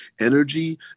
energy